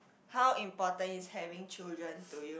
how important is having children to you